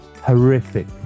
horrific